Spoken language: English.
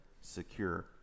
secure